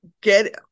get